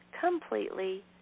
completely